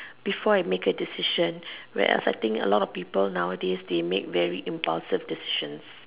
before I make a decision where else I think a lot of people nowadays they make very impulse decision